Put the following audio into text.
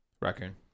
Raccoon